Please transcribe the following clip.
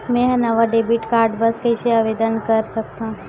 मेंहा नवा debit card बर कैसे आवेदन कर सकथव?